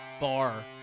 bar